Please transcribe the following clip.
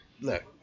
look